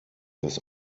dass